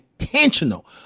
intentional